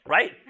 Right